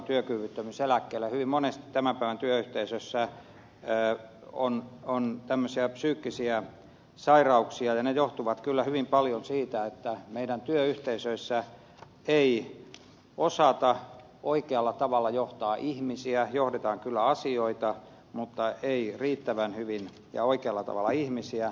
hyvin monesti tämän päivän työyhteisössä on tämmöisiä psyykkisiä sairauksia ja ne johtuvat kyllä hyvin paljon siitä että meidän työyhteisöissämme ei osata oikealla tavalla johtaa ihmisiä johdetaan kyllä asioita mutta ei riittävän hyvin ja oikealla tavalla ihmisiä